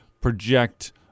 project